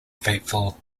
faithful